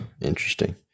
Interesting